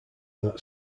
that